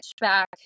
back